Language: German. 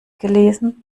gelesen